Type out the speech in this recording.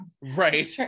right